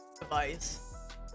device